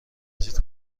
تجدید